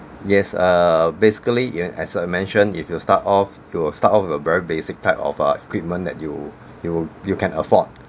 yes err basically in as I'd mentioned if you start off you will start off with a very basic type of uh equipment that you you you can afford